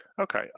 Okay